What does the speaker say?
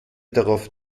darauf